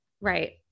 Right